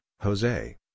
Jose